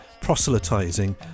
proselytizing